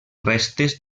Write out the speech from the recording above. restes